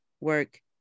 work